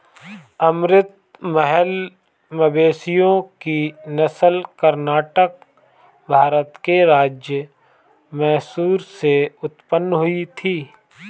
अमृत महल मवेशियों की नस्ल कर्नाटक, भारत के राज्य मैसूर से उत्पन्न हुई थी